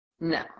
No